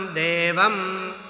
devam